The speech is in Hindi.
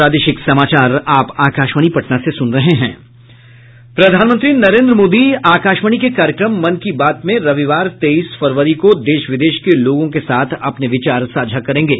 प्रधानमंत्री नरेन्द्र मोदी आकाशवाणी के कार्यक्रम मन की बात में रविवार तेईस फरवरी को देश विदेश के लोगों के साथ अपने विचार साझा करेंगे